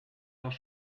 doch